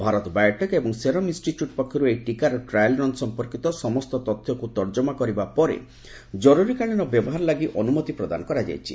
Bharat Biotech ଏବଂ Serum Institute ପକ୍ଷରୁ ଏହି ଟୀକାର ଟ୍ରାଏଲ୍ ରନ୍ ସମ୍ପର୍କିତ ସମସ୍ତ ତଥ୍ୟକୁ ତର୍ଜମା କରିବା ପରେ ଜରୁରୀକାଳୀନ ବ୍ୟବହାର ଲାଗି ଅନୁମତି ପ୍ରଦାନ କରାଯାଇଛି